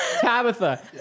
Tabitha